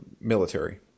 military